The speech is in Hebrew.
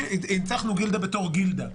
הנצחנו גילדה בתור גילדה.